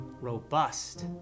robust